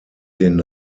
den